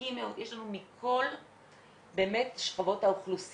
חזקים מאוד, יש לנו מכל שכבות האוכלוסייה,